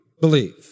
believe